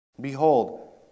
Behold